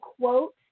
quote